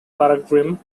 paradigm